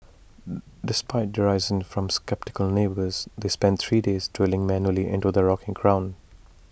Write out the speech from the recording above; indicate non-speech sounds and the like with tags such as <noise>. <hesitation> despite derision from sceptical neighbours they spent three days drilling manually into the rocky ground